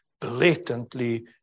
blatantly